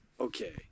Okay